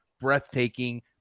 breathtaking